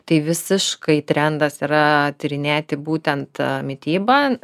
tai visiškai trendas yra tyrinėti būtent mitybą